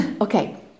Okay